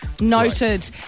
Noted